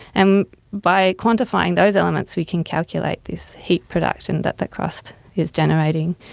and by quantifying those elements we can calculate this heat production that the crust is generating.